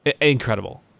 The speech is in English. incredible